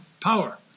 power